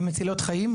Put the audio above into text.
הן מצילות חיים.